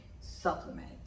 supplement